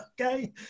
Okay